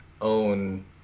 own